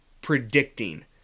predicting